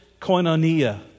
koinonia